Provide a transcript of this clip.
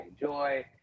enjoy